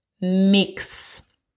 mix